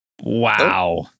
Wow